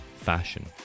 fashion